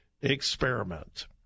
Experiment